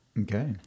Okay